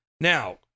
Now